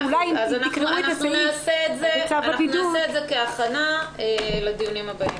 נעשה את זה כהכנה לדיונים הבאים.